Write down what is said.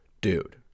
dude